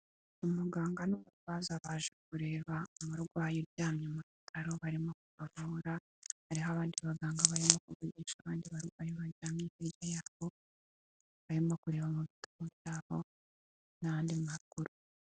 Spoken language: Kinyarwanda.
Umuganga n'umurwaza baje kureba umurwayi uryamye mu bitaro barimo kubavura hariho abandi baganga barimo kuvugisha abandi barwayi baryamanye hirya yabo, barimo kureba mu bitabo byabo n'ayandi makuru.